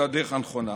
וזו הדרך הנכונה.